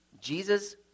Jesus